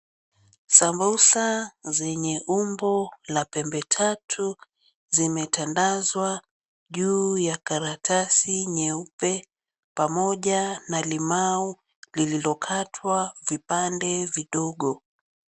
Sambusa zenye umbo la pembe tatu zimetandazwa juu ya karatasi nyeupe pamoja na limau lililokatwa vipande vidogo.